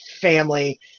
family